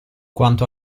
quanto